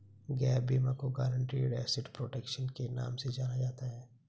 gap बीमा को guaranteed asset protection के नाम से जाना जाता है